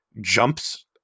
jumps